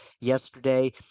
yesterday